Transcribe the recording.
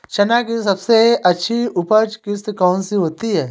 चना की सबसे अच्छी उपज किश्त कौन सी होती है?